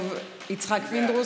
חבר הכנסת יצחק פינדרוס,